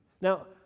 Now